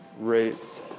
rates